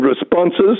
responses